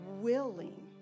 willing